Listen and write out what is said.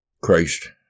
Christ